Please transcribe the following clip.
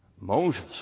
Moses